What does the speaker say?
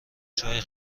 جای